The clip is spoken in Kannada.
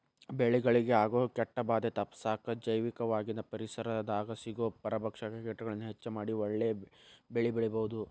ಬೆಳೆಗಳಿಗೆ ಆಗೋ ಕೇಟಭಾದೆ ತಪ್ಪಸಾಕ ಜೈವಿಕವಾಗಿನ ಪರಿಸರದಾಗ ಸಿಗೋ ಪರಭಕ್ಷಕ ಕೇಟಗಳನ್ನ ಹೆಚ್ಚ ಮಾಡಿ ಒಳ್ಳೆ ಬೆಳೆಬೆಳಿಬೊದು